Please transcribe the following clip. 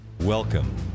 Welcome